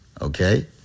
okay